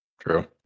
True